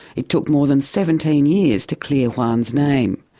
it took more than seventeen years to clear juan's name.